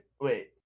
wait